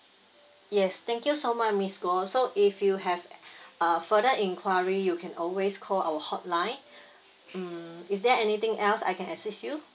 yes thank you so much miss goh so if you have uh further inquiry you can always call our hotline mm is there anything else I can assist you